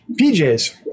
PJs